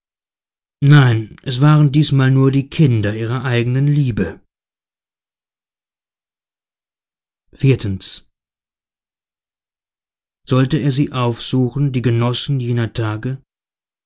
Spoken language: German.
nein es waren diesmal nur die kinder ihrer eigenen liebe iv sollte er sie aufsuchen die genossen jener tage